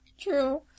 True